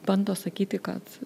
bando sakyti kad